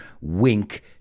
wink